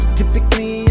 typically